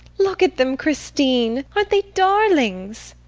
look at them, christine! aren't they darlings?